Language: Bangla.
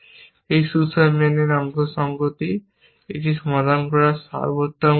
এই সুসম্যানের অসঙ্গতি এটি সমাধান করার সর্বোত্তম উপায়